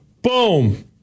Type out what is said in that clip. Boom